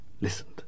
listened